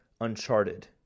Uncharted